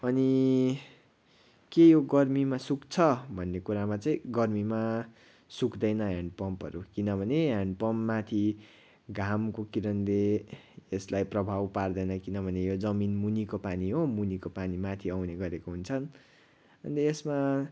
अनि के यो गर्मीमा सुक्छ भन्ने कुरामा चाहिँ गर्मीमा सुक्दैन ह्यान्ड पम्पहरू किनभने ह्यान्ड पम्प माथि घामको किरणले यसलाई प्रभाव पार्दैन किनभने यो जमिन मुनिको पानी हो मुनिको पानी माथि आउने गरेको हुन्छन् अन्त यसमा